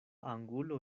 angulo